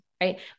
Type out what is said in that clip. right